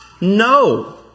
No